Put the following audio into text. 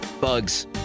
Bugs